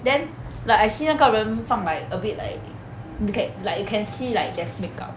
then like I see 那个人放 like a bit like b~ like you can see like there's makeup